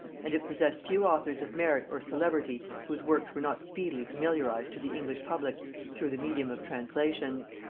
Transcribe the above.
and it possessed few authors of merit or celebrity whose works were not speedily familiarized to the english public through the medium of translations.